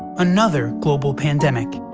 another global pandemic.